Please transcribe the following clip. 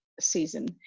season